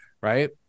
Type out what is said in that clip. right